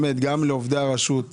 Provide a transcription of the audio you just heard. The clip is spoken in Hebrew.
אני אומר באמת גם לעובדי הרשות,